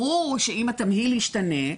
ברור שאם התמהיל ישתנה,